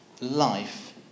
Life